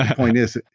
ah point is,